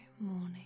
morning